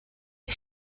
you